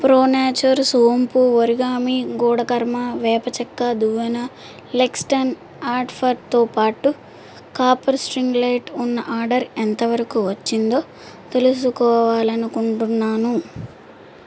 pro Nature సోంపు origami good karma వేప చెక్క దువ్వెన లెక్స్టన్ ఆట్ఫర్తో పాటు కాపర్ స్ట్రింగ్ లైట్ ఉన్న ఆర్డర్ ఎంతవరకు వచ్చిందో తెలుసుకోవాలని అనుకుంటున్నాను